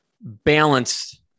balance